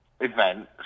event